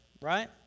Right